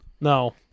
No